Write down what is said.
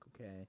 okay